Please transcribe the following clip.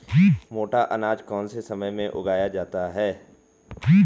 मोटा अनाज कौन से समय में उगाया जाता है?